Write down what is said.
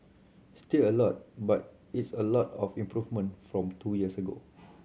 still a lot but it's a lot of improvement from two years ago